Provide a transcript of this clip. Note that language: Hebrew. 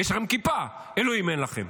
יש שם כיפה, אלוהים אין לכם.